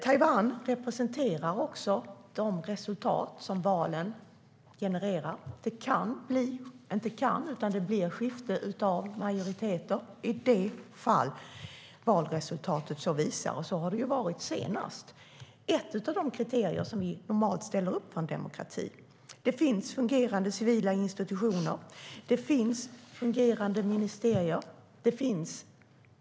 Taiwan representerar också de resultat valen genererar - det blir skifte av majoriteter i de fall valresultatet så visar, och så var det senast. Det är ett av de kriterier vi normalt ställer upp för en demokrati. Det finns fungerande civila institutioner, och det finns fungerande ministerier.